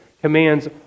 commands